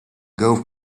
golf